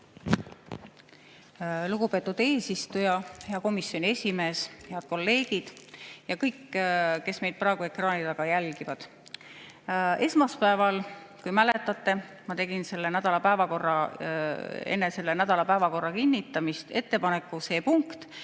Lugupeetud eesistuja! Hea komisjoni esimees! Head kolleegid ja kõik, kes meid praegu ekraani taga jälgivad! Esmaspäeval, kui mäletate, ma tegin enne selle nädala päevakorra kinnitamist ettepaneku see punkt